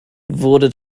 wurde